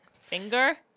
finger